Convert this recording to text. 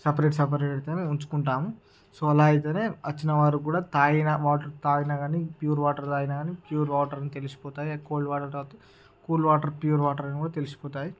separate separate ఉంచుకుంటాము so అలా అయితేనే వచ్చినవారు కూడా తాగిన వాటర్ తాగినా కాని ప్యూర్ వాటర్ తాగినా కాని ప్యూర్ వాటర్ అని తెలిసిపోతాయి అదే కోల్డ్ వాటర్ తాగితే కూల్ వాటర్ ప్యూర్ వాటర్ అని కూడా తెలిసిపోతాయి